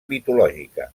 mitològica